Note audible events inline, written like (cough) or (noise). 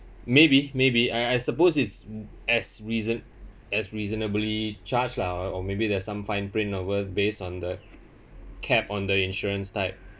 maybe maybe I I suppose is (noise) as reason~ as reasonably charged lah or or maybe there's some fine print over based on the cap on the insurance type